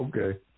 Okay